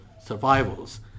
survivals